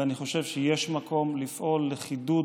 ואני חושב שיש מקום לפעול לחידוד,